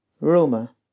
Roma